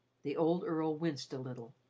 the old earl winced a little.